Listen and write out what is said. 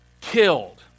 killed